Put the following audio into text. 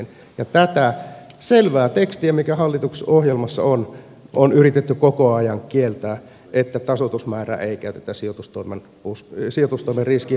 ja tätä selvää tekstiä mikä hallitusohjelmassa on on yritetty koko ajan kieltää että tasoitusmäärää ei käytetä sijoitustoimen riskien puskuroinniksi